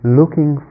looking